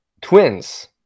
Twins